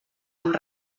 amb